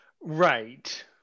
Right